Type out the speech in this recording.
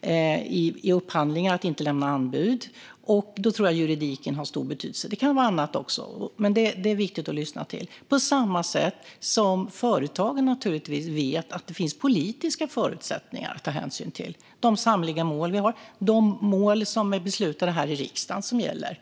när det gäller upphandlingar och att lämna anbud. Då tror jag att juridiken har stor betydelse. Det kan vara annat också. Men det är viktigt att lyssna till det. På samma sätt vet företagen naturligtvis att det finns politiska förutsättningar att ta hänsyn till - de samhälleliga mål vi har. Det är de mål som är beslutade här i riksdagen som gäller.